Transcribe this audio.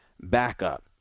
backup